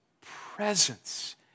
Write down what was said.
presence